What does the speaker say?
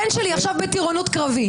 הבן שלי עכשיו בטירונות קרבי.